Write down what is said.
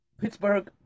Pittsburgh